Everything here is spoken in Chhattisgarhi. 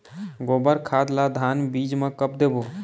गोबर खाद ला धान बीज म कब देबो?